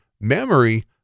memory